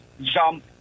jump